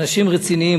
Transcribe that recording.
אנשים רציניים.